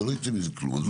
לא ייצא מזה כלום.